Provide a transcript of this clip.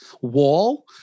wall